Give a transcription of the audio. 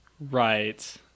right